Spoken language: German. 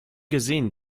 gesehen